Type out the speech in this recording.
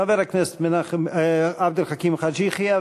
חבר הכנסת עבד אל חכים חאג' יחיא,